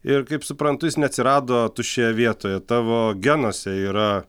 ir kaip suprantu jis neatsirado tuščioje vietoje tavo genuose yra